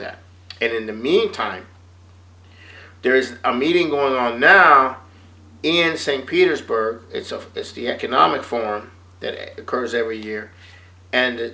that and in the meantime there is a meeting going on now in st petersburg it's of this the economic forum that occurs every year and